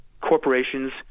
corporations